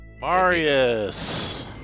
Marius